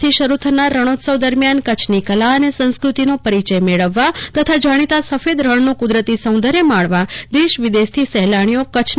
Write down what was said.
આજથી શરૂ થનાર રણોત્સવ દરમ્યાન કચ્છની કલા અને સંસ્કૃતિનો પરિચય મેળવવા તથા જાણીતા સફેદ રણનું કુદરતી સૌંદર્ય માણવા દેશ વિદેશથી સહેલાણીઓ કચ્છના ધોરડોમાં ઊમટી પડે છે